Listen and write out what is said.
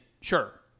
sure